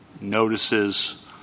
notices